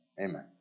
amen